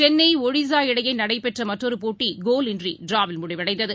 சென்னை ஒடிசா இடையேநடைபெற்றமற்றொருபோட்டிகோல் இன்றிடிராவில் முடிவடைந்தது